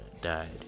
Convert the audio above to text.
died